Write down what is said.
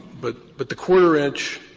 but but the quarter inch,